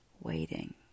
waiting